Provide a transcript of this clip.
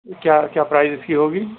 کیا کیا پرائز اِس کی ہوگی